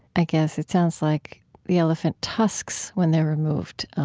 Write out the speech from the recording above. i guess it sounds like the elephant tusks, when they're removed,